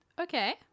okay